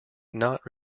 not